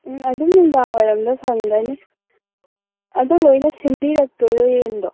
ꯎꯝ ꯑꯗꯨꯝ ꯅꯨꯡꯗꯥꯡ ꯋꯥꯏꯔꯝꯗ ꯐꯪꯒꯅꯤ ꯑꯗꯨ ꯂꯣꯏꯅ ꯁꯦꯝꯕꯤꯔꯛꯇꯣꯏꯔꯣ ꯌꯦꯟꯗꯣ